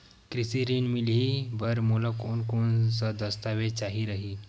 कृषि ऋण मिलही बर मोला कोन कोन स दस्तावेज चाही रही?